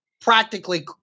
practically